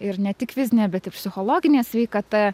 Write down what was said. ir ne tik fizinė bet ir psichologinė sveikata